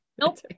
Nope